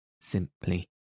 simply